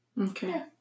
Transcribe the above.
okay